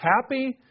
happy